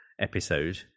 episode